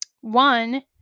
One